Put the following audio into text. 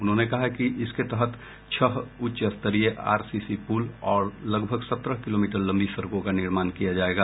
उन्होंने कहा कि इसके तहत छह उच्च स्तरीय आरसीसी पुल और लगभग सत्रह किलोमीटर लम्बी सड़कों का निर्माण किया जायेगा